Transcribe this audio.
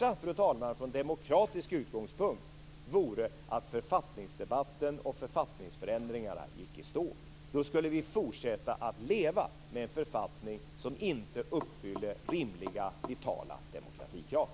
Det värsta från demokratisk utgångspunkt vore att författningsdebatten och författningsförändringarna gick i stå. Då skulle vi fortsätta att leva med en författning som inte uppfyller rimliga vitala demokratikrav.